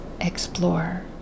explore